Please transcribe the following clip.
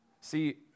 See